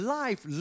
life